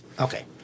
Okay